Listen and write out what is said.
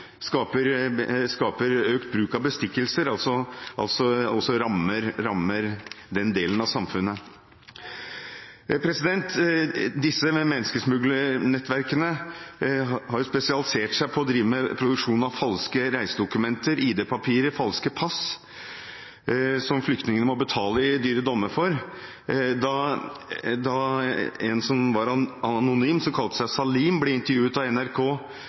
rammer også den delen av samfunnet. Disse menneskesmuglernettverkene har spesialisert seg på å drive med produksjon av falske reisedokumenter, id-papirer, falske pass, som flyktningene må betale i dyre dommer for. Da en som var anonym og kalte seg Salim, ble intervjuet av NRK